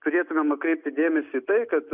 turėtumėm kreipti dėmesį į tai kad